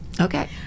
Okay